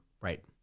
right